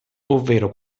ovvero